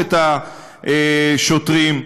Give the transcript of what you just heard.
נשיכה של השוטרים.